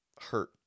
hurt